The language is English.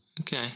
Okay